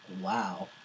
Wow